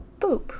Boop